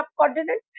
subcontinent